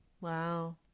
Wow